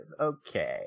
Okay